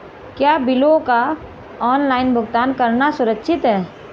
क्या बिलों का ऑनलाइन भुगतान करना सुरक्षित है?